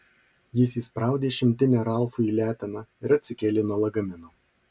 jis įspraudė šimtinę ralfui į leteną ir atsikėlė nuo lagamino